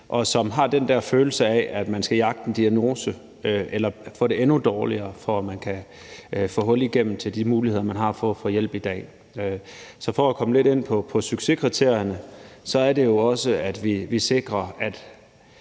og som har den der følelse af, at de skal jagte en diagnose eller få det endnu dårligere for at få hul igennem til de muligheder, man har for at få hjælp i dag. For at komme lidt ind på succeskriterierne, kan jeg sige, at de jo også er, at vi sikrer, at